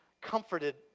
comforted